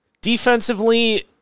Defensively